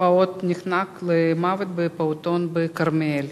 פעוט נחנק למוות בפעוטון בכרמיאל.